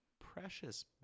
precious